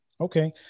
Okay